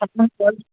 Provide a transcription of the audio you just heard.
ଆପଣ କଲ୍